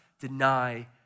deny